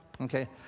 Okay